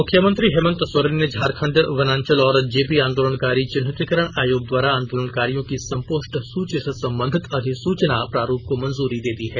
मुख्यमंत्री हेमन्त सोरेन ने झारखंडवनांचल और जेपी आंदोलनकारी चिन्हितीकरण आयोग द्वारा आंदोलनकारियों की सपुष्ट सूची से संबंधित अधिसूचना प्रारुप को मंजूरी दे दी है